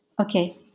Okay